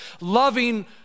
loving